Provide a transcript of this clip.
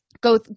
Go